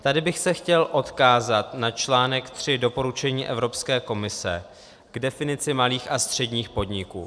Tady bych se chtěl odkázat na článek tři doporučení Evropské komise k definici malých a středních podniků.